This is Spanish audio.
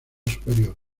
superior